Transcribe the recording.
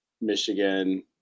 Michigan